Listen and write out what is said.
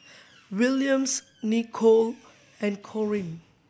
Williams Nicolle and Corine